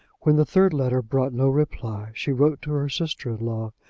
when the third letter brought no reply she wrote to her sister-in-law,